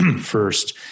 first